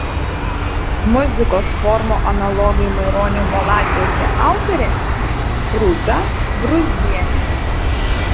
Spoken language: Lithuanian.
muzikos formų analogai maironio baladėse autorė rūta brūzgienė